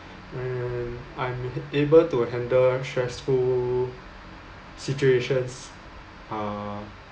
hmm I'm able to handle stressful situations uh